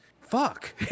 fuck